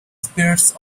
spirits